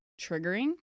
triggering